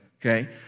Okay